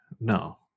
No